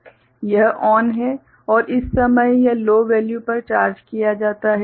यह ON है और इस समय यह लो वैल्यू पर चार्ज किया जाता है